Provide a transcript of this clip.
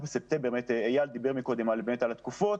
איל דיבר מקודם באמת על התקופות.